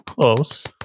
close